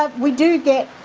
ah we do get